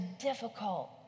difficult